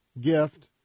gift